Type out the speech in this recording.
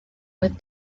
with